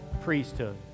priesthood